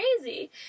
crazy